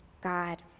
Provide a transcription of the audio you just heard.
God